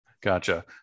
gotcha